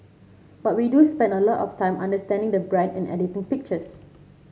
but we do spend a lot of time understanding the brand and editing pictures